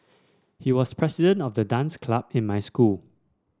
he was president of the dance club in my school